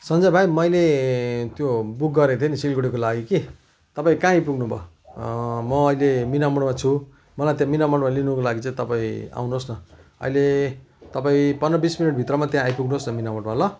सन्जय भाइ मैले त्यो बुक गरेको थिएँ नि सिलगढीको लागि कि तपाईँ कहाँ आइपुग्नु भयो म अहिले मिना मोडमा छु मलाई त्यहाँ मिना मोडमा लिनुको लागि चाहिँ तपाईँ आउनुहोस् न अहिले तपाईँ पन्ध्र बिस मिनट भित्रमा त्यहाँ आइपुग्नुहोस् न मिना मोडमा ल